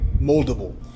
moldable